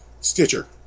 Stitcher